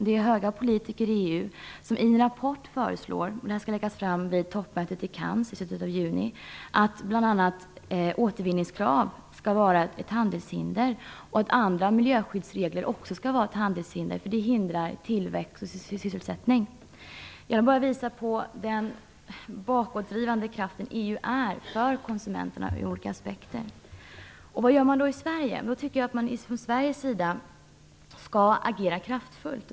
Det är höga politiker i EU som i en rapport föreslår - den skall läggas fram vid toppmötet i Cannes i slutet av juni - att bl.a. återvinningskrav skall vara ett handelshinder och att andra miljöskyddsregler också skall vara ett handelshinder, för det hindrar tillväxt och sysselsättning. Jag vill bara visa den bakåtvridande kraft EU är för konsumenterna i olika aspekter. Vad gör man i Sverige? Jag tycker att vi från Sveriges sida skall agera kraftfullt.